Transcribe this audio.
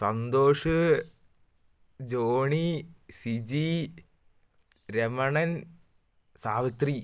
Santhosh Johnny Siji Ramanan Savitri